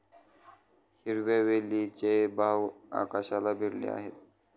हिरव्या वेलचीचे भाव आकाशाला भिडले आहेत